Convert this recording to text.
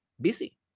busy